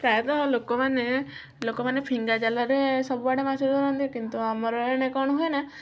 ପ୍ରାୟତଃ ଲୋକମାନେ ଲୋକମାନେ ଫିଙ୍ଗା ଜାଲରେ ସବୁଆଡ଼େ ମାଛ ଧରନ୍ତି କିନ୍ତୁ ଆମର ଏଣେ କ'ଣ ହୁଏନା